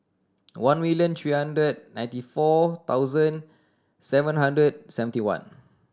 one million three hundred ninety four thousand seven hundred seventy one